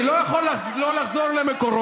אני לא יכול לא לחזור למקורות